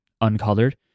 uncolored